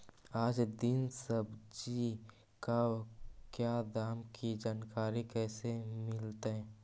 आज दीन सब्जी का क्या दाम की जानकारी कैसे मीलतय?